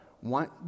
one